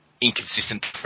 inconsistent